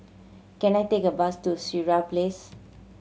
can I take a bus to Sireh Place